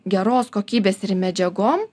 geros kokybės ir medžiagom